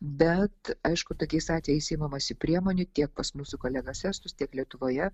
bet aišku tokiais atvejais imamasi priemonių tiek pas mūsų kolegas estus tiek lietuvoje